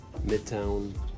midtown